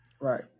Right